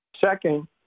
Second